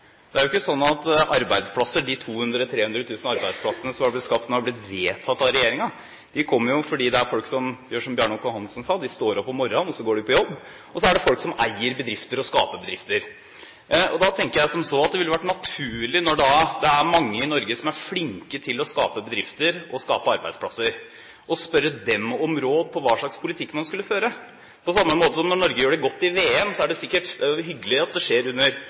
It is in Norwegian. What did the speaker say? Det er jo ikke slik at de 200 000–300 000 arbeidsplassene som er blitt skapt, er blitt vedtatt av regjeringen. De kom fordi det er folk som gjør som Bjarne Håkon Hanssen sa: De står opp om morran og går på jobb. Og så er det folk som eier bedrifter og skaper bedrifter. Da tenker jeg som så at det ville vært naturlig, når det er mange i Norge som er flinke til å skape bedrifter og skape arbeidsplasser, å spørre dem om råd om hva slags politikk man skulle føre – på samme måte som når Norge gjør det godt i VM. Da er det hyggelig at det skjer under